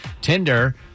Tinder